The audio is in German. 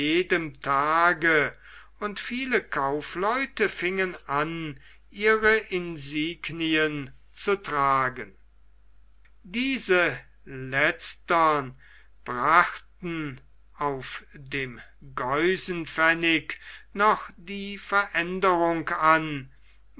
jedem tage und viele kaufleute fingen an ihre insignien zu tragen diese letztern brachten auf dem geusenpfennig noch die veränderung an